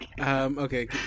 Okay